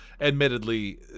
Admittedly